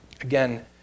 Again